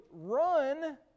run